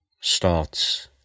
starts